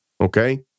Okay